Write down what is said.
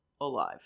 alive